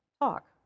talk